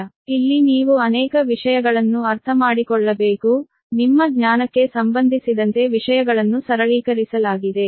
ಇಲ್ಲಿ ನೀವು ಅನೇಕ ವಿಷಯಗಳನ್ನು ಅರ್ಥಮಾಡಿಕೊಳ್ಳಬೇಕು ನಿಮ್ಮ ಜ್ಞಾನಕ್ಕೆ ಸಂಬಂಧಿಸಿದಂತೆ ವಿಷಯಗಳನ್ನು ಸರಳೀಕರಿಸಲಾಗಿದೆ